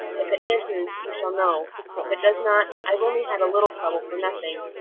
if it answers, you shall know if it does not, i've only had a little trouble for nothing.